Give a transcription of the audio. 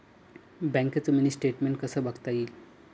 बँकेचं mini statement कसं बघता येईल?